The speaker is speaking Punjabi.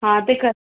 ਹਾਂ ਤੇ ਕਰ